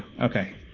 Okay